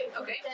okay